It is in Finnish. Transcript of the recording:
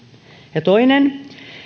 ja toinen